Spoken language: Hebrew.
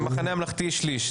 במחנה הממלכתי שליש.